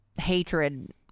hatred-